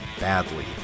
badly